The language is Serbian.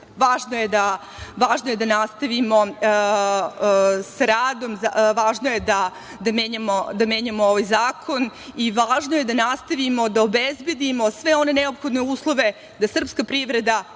važno je da nastavimo sa radom, važno je da menjamo ovaj zakon i važno je da nastavimo da obezbedimo sve one neophodne uslove da srpska privreda